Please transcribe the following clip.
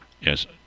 Yes